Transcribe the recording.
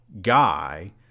guy